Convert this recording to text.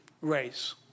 race